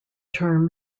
term